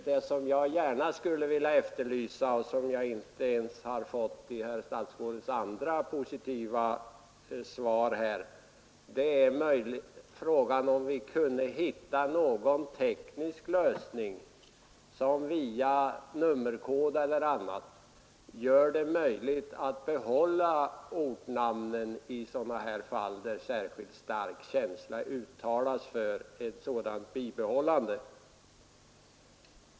Det som jag gärna skulle vilja efterlysa och som jag inte ens har fått veta något om i statsrådets andra positiva svar är att vi kunde hitta någon teknisk lösning, som via nummerkod eller på annat sätt gör det möjligt att behålla ortnamnen i sådana fall där särskilt stark känsla uttalas för ett bibehållande.